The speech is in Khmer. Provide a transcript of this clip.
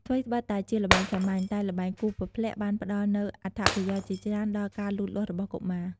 ថ្វីត្បិតតែជាល្បែងសាមញ្ញ តែល្បែងគោះពព្លាក់បានផ្ដល់នូវអត្ថប្រយោជន៍ជាច្រើនដល់ការលូតលាស់របស់កុមារ។